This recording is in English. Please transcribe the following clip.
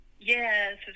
Yes